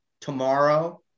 tomorrow